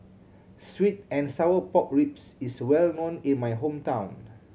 sweet and sour pork ribs is well known in my hometown